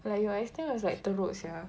like your extent was like teruk sia